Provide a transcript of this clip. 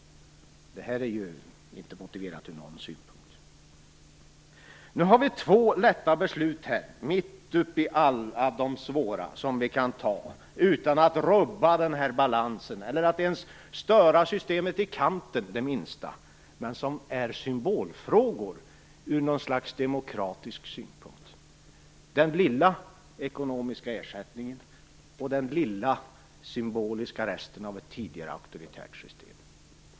Detta är inte motiverat ur någon synpunkt. Nu har vi två lätta beslut här, mitt uppe i alla de svåra, som vi kan anta utan att rubba balansen eller ens störa systemet i kanten det minsta, men som är symbolfrågor ur något slags demokratisk synpunkt. Det handlar ju om den lilla ekonomiska ersättningen och den lilla symboliska resten av ett tidigare auktoritärt system.